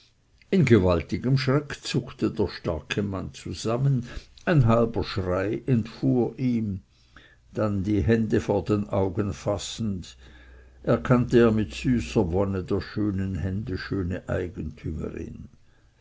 in gewaltigem schreck zuckte der starke mann zusammen ein halber schrei entfuhr ihm dann die hände vor den augen fassend erkannte er mit süßer wonne der schönen hände schöne eigentümerin